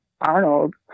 arnold